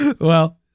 Well-